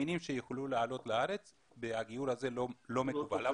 מאמינים שיוכלו לעלות לארץ והגיור הזה לא מקובל.